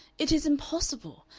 it is impossible!